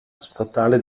statale